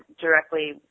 directly